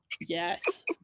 yes